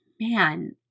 man